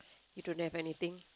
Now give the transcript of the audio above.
you don't have anything